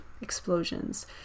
explosions